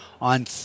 on